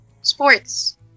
sports